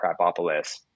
Crapopolis